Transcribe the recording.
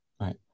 right